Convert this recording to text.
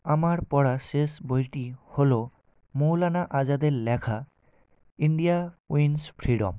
আমার পড়া শেষ বইটি হল মৌলানা আজাদের লেখা ইন্ডিয়া উইন্স ফ্রিডম